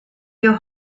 your